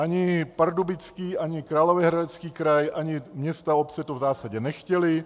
Ani Pardubický ani Královéhradecký kraj ani města a obce to v zásadě nechtěly.